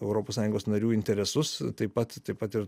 europos sąjungos narių interesus taip pat taip pat ir